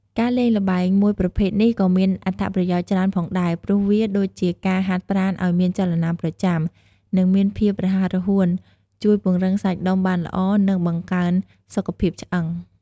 ការលេងល្បែងមួយប្រភេទនេះក៏មានអត្ថប្រយោជន៍ច្រើនផងដែរ ព្រោះវាដូចជាការហាត់ប្រាណឲ្យមានចលនាប្រចាំ និងមានភាពរហ័សរហួន ជួយពង្រឹងសាច់ដុំបានល្អ និងបង្កើនសុខភាពឆ្អឹង។